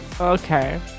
Okay